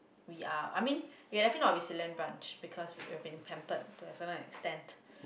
we are I mean we are definitely not a resilient bunch because we have been pampered to a certain extent